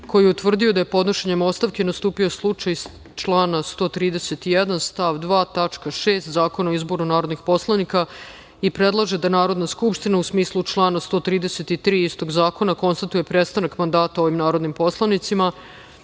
koji je utvrdio da je podnošenjem ostavke nastupio slučaj iz člana 131. stav 2. tačka 6) Zakona o izboru narodnih poslanika i predlaže da Narodna skupština, u smislu člana 133. istog zakona, konstatuje prestanak mandata ovim narodnim poslanicima. Saglasno